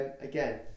again